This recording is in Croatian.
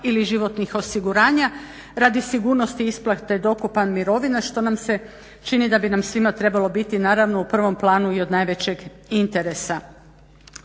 ili životnih osiguranja radi sigurnosti isplate dokupa mirovina što nam se čini da bi nam svima trebalo biti naravno u prvom planu i od najvećeg interesa.